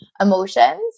emotions